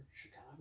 Chicago